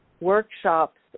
workshops